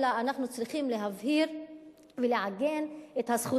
אלא אנחנו צריכים להבהיר ולעגן את הזכות